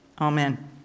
Amen